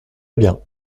bien